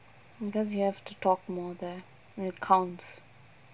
because you have to talk more there it counts